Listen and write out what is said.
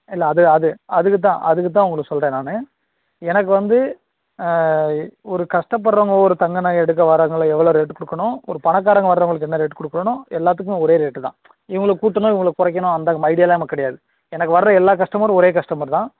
இல்லை அது அது அதுக்குத்தான் அதுக்குத்தான் உங்களுக்கு சொல்கிறேன் நான் எனக்கு வந்து ஒரு கஷ்டப்படுறவங்க ஒரு ஒரு தங்க நகை எடுக்க வரவங்களை எவ்வளோ ரேட்டு கொடுக்கணும் ஒரு பணக்காரங்க வரவர்களுக்கு என்ன ரேட் கொடுக்கணும் எல்லாத்துக்குமே ஒரே ரேட்டு தான் இவங்களுக்கு கூட்டணும் இவங்களுக்கு குறைக்கணும் அந்த ஐடியாயெலாம் நமக்கு கிடையாது எனக்கு வர எல்லா கஸ்டமரும் ஒரே கஸ்டமர் தான்